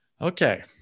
Okay